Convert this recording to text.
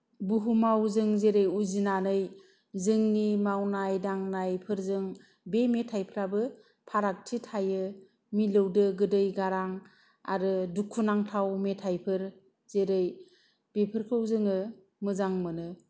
बुहुमाव जों जेरै उजिनानै जोंनि मावनाय दांनायफोरजों बे मेथायफ्राबो फारागथि थायो मिलौदो गोदै गारां आरो दुखुनांथाव मेथायफोर जेरै बेफोरखौ जोङो मोजां मोनो